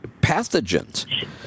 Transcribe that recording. pathogens